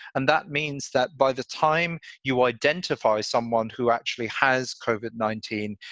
and that means that by the time you identify someone who actually has covered nineteen,